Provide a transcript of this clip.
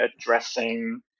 addressing